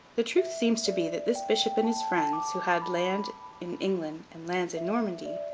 the truth seems to be that this bishop and his friends, who had lands in england and lands in normandy,